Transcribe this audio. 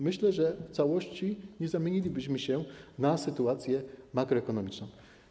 Myślę, że w całości nie zamienilibyśmy się na sytuację makroekonomiczną.